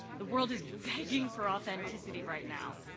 the world is begging for authenticity right now.